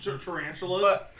Tarantulas